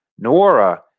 Noora